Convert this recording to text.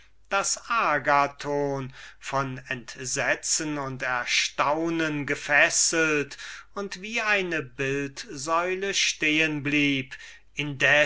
hatte von entsetzen und erstaunung gefesselt wie eine bildsäule stehen blieb